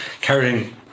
carrying